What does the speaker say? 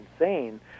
insane